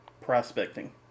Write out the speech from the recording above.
prospecting